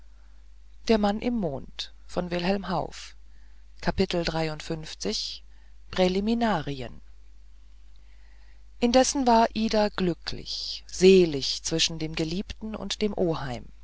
präliminarien indessen war ida glücklich selig zwischen dem geliebten und dem oheim